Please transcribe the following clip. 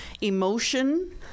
emotion